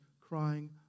crying